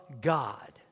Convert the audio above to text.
God